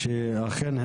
שאכן,